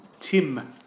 Tim